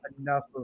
enough